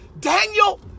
Daniel